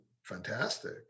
Fantastic